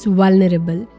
vulnerable